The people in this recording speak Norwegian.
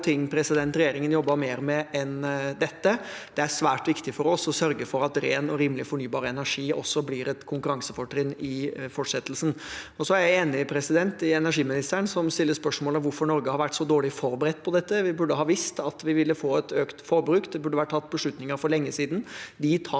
Det er svært viktig for oss å sørge for at ren og rimelig fornybar energi også blir et konkurransefortrinn i fortsettelsen. Så er jeg enig med energiministeren som stiller spørsmål ved hvorfor Norge har vært så dårlig forberedt på dette. Vi burde ha visst at vi ville få et økt forbruk. Det burde vært tatt beslutninger for lenge siden.